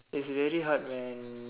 it's very hard man